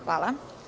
Hvala.